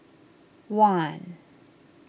one